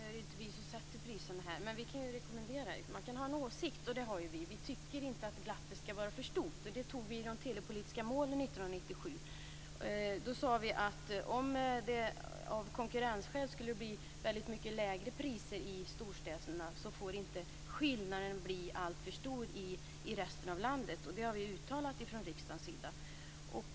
Fru talman! Nu är det inte vi som sätter priserna, men vi kan rekommendera. Man kan ha en åsikt, och det har vi. Vi tycker inte att glappet skall vara för stort. Det antog vi i de telepolitiska målen 1997. Då sade vi att skillnaderna gentemot resten av landet inte får bli alltför stora om priserna av konkurrensskäl blir väldigt mycket lägre i storstäderna. Det har vi uttalat från riksdagens sida.